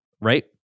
right